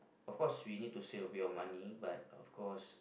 of course we need to save a bit of money but of course